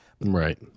right